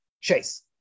Chase